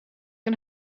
een